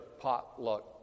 potluck